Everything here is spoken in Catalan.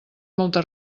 molta